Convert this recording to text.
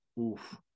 Oof